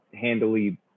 handily